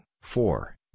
four